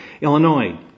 Illinois